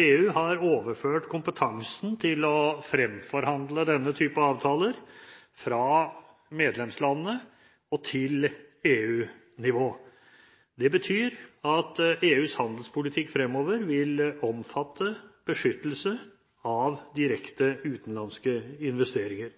EU har overført kompetansen til å fremforhandle denne type avtaler fra medlemslandene til EU-nivå. Det betyr at EUs handelspolitikk fremover vil omfatte beskyttelse av direkte utenlandske investeringer.